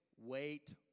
wait